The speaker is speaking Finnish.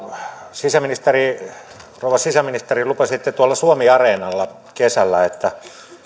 rouva sisäministeri lupasitte tuolla suomiareenalla kesällä että